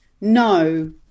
No